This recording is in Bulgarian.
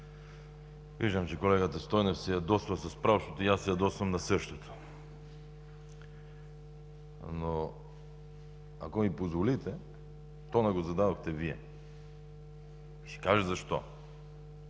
Виждам, че колегата Стойнев се ядосва с право, защото и аз се ядосвам на същото. Ако ми позволите, тонът го зададохте Вие. Ще кажа защо